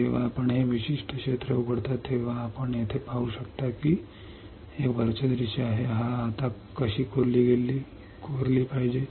जेव्हा आपण हे विशिष्ट क्षेत्र उघडता तेव्हा आपण येथे पाहू शकता की हे वरचे दृश्य आहे हा एक क्रॉस सेक्शन आहे नंतर आपण धातू खोदून घ्या आणि नंतर धातू खोदून काढा आपल्याला माहित आहे की धातू आता कशी खोदली पाहिजे